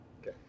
Okay